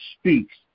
speaks